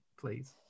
please